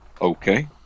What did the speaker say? Okay